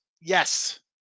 Yes